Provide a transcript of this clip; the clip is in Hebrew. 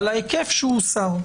בהיקף שהוסר.